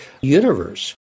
universe